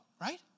right